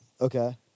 Okay